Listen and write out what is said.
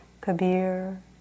Kabir